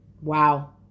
Wow